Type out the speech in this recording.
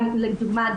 לדוגמה,